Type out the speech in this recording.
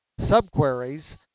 subqueries